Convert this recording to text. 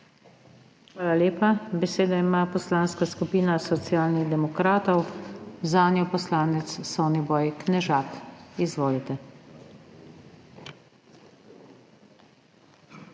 Hvala lepa. Besedo ima Poslanska skupina Socialnih demokratov, zanjo poslanec Soniboj Knežak. Izvolite.